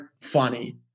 funny